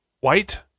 white